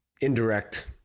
indirect